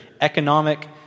economic